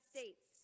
States